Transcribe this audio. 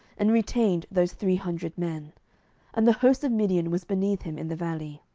and retained those three hundred men and the host of midian was beneath him in the valley.